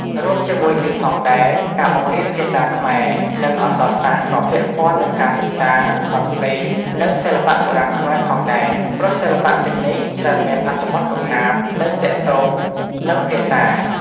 រួមជាមួយនេះផងដែរ ការបង្រៀនភាសាខ្មែរ និងអក្សរសាស្ត្រ ក៏ពាក់ព័ន្ធនឹងការសិក្សា បទភ្លេង និងសិល្បៈបុរាណខ្មែរ ផងដែរ ព្រោះសិល្បៈទាំងនេះច្រើនមានអត្ថបទកំណាព្យ និងទាក់ទងនឹងភាសា។